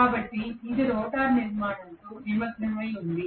కాబట్టి ఇది రోటర్ నిర్మాణంతో నిమగ్నమై ఉంది